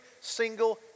single